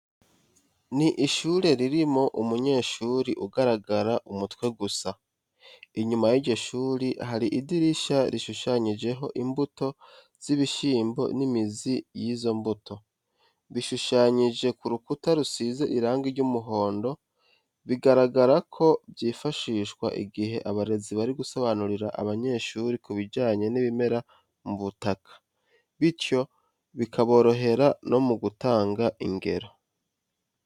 Ni ishuri ririmo umunyeshuri ugaragara umutwe gusa, inyuma y'iryo shuri hari idirishya rishushanyijeho imbuto z'ibishyimbo n'imizi y'izo mbuto, bishushanyije ku rukuta rusize irange ry'umuhondo, bigaragara ko byifashishwa igihe abarezi bari gusobanurira abanyeshuri kubijyanye n'ibimera mu butaka, bityo bikaborohera no mu gutanga ingero.